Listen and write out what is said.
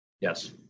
yes